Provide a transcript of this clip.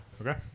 okay